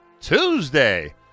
Tuesday